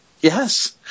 Yes